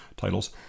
Titles